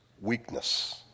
weakness